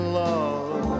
love